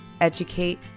educate